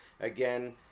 again